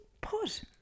put